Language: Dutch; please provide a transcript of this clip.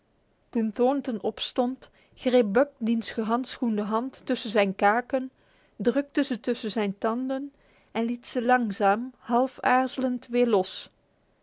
toen thornton opstond greep buck diens gehandschoende hand tussen zijn kaken drukte ze tussen zijn tanden en liet ze langzaam half aarzelend weer los